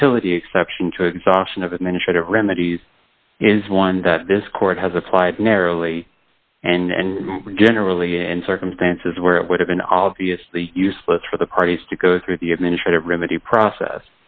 futility exception to exhaustion of administrative remedies is one that this court has applied narrowly and generally and circumstances where it would have been obviously useless for the parties to go through the administrative remedy process